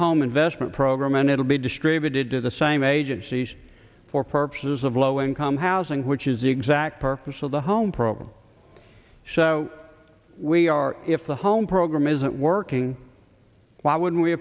home investment program and it will be distributed to the same agencies for purposes of low income housing which is the exact purpose of the home program so we are if the home program isn't working why wouldn't